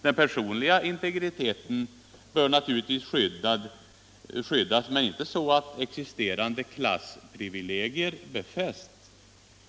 Den personliga integriteten bör naturligtvis skyddas, men inte så att existerande klassprivilegier befästs.